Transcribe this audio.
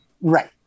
Right